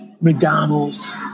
McDonald's